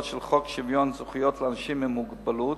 של חוק שוויון זכויות לאנשים עם מוגבלות